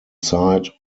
site